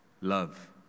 Love